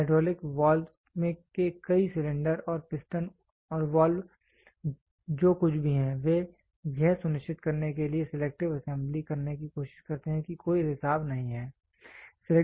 hydraulic valve के कई cylinder और पिस्टन और वाल्व जो कुछ भी है वे यह सुनिश्चित करने के लिए सिलेक्टिव असेंबली करने की कोशिश करते हैं कि कोई रिसाव नहीं है